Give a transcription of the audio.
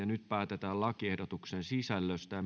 nyt päätetään lakiehdotuksen sisällöstä